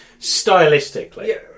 Stylistically